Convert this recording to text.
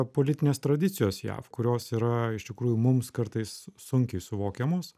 politinės tradicijos jav kurios yra iš tikrųjų mums kartais sunkiai suvokiamos